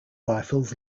rifles